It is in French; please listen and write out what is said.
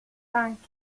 cinq